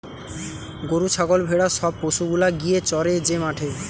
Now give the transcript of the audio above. গরু ছাগল ভেড়া সব পশু গুলা গিয়ে চরে যে মাঠে